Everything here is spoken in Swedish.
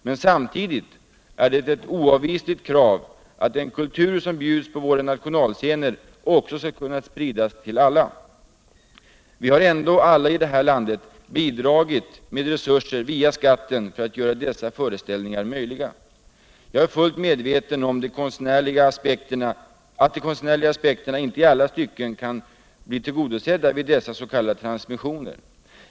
Men samtidigt är det ett oavvisligt krav, att den kultur som bjuds på våra nationalscener också skall kunna spridas till alla. Vi har ändå alla här i landet bidragit med resurser via skatten för att göra dessa föreställningar möjliga. Jag är fullt medveten om att de konstnärliga aspekterna inte i alla stycken kan bli tillgodosedda vid dessa s.k. transmissioner.